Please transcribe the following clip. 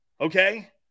Okay